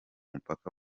mupaka